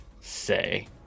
say